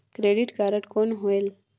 Credit card कौन होएल?